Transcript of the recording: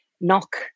knock